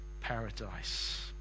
paradise